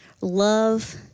love